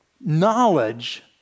knowledge